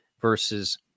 versus